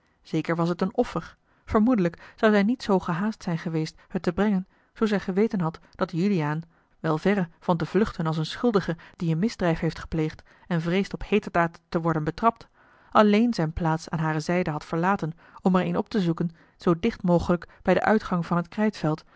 zeker was het een offer vermoedelijk zou zij niet zoo gehaast zijn geweest het te brengen zoo zij geweten had dat juliaan wel verre van te vluchten als een schuldige die een misdrijf heeft gepleegd en vreest op heeterdaad te worden betrapt alleen zijne plaats aan hare zijde had verlaten om er eene op te zoeken zoo dicht mogelijk bij den uitgang van het krijtveld